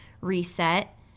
reset